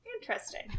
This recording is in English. interesting